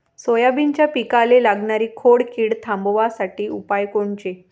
सोयाबीनच्या पिकाले लागनारी खोड किड थांबवासाठी उपाय कोनचे?